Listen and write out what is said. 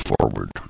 forward